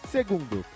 Segundo